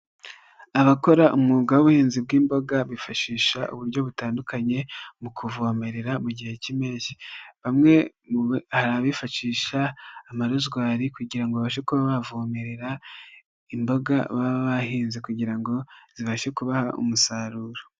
Abakora umwuga w'ubuhinzi bw'imboga bifashisha uburyo butandukanye mu kuvomerera mu gihe cy'impeshyi, bamwe hari hari abifashisha amarozwari kugira ngo babashe kuba bavomerera imboga baba bahinze kugira ngo zibashe kubaha umusaruro.